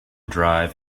drive